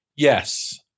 Yes